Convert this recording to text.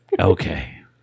Okay